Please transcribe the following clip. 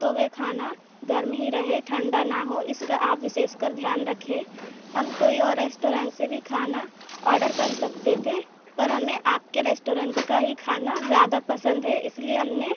तो वह खाना गर्म ही रहे ठंडा ना हो इसका आप विशेषकर ध्यान रखें हम कोई और रेस्टोरेंट से भी खाना ऑडर कर सकते थे पर हमें आपके रेस्टोरेंट का ही खाना ज़्यादा पसंद है इसलिए हमने